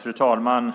Fru talman!